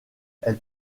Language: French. elle